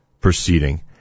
proceeding